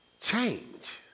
change